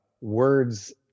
words